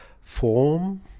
form